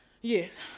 Yes